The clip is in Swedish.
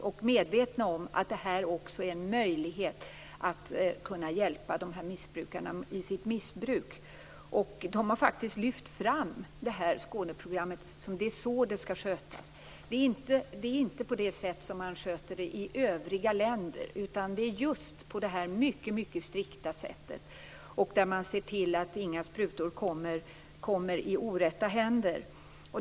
Man är medveten om att detta är en möjlighet att hjälpa missbrukarna i sitt missbruk. De har faktiskt lyft fram Skåneprogrammet och sagt att det är så det skall skötas. Det skall inte skötas på det sätt som man gör i övriga länder. Det är just på detta mycket strikta sätt, där man ser till att inga sprutor kommer i orätta händer.